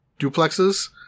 duplexes